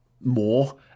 more